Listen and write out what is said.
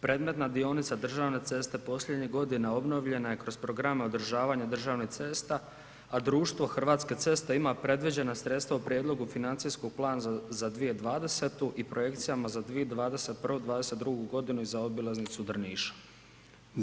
Predmetna dionica državne ceste posljednjih godina obnovljena je kroz programe održavanja državnih cesta a Društvo Hrvatske ceste ima predviđena sredstva u prijedlogu financijskog plana za 2020. i Projekcijama za 2021./2021. g. i za obilaznicu Drniša.